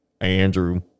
Andrew